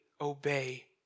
obey